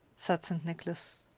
said st. nicholas.